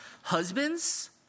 Husbands